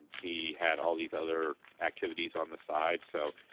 he had all these other activities on the side so,